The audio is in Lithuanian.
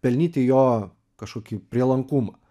pelnyti jo kažkokį prielankumą